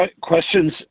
questions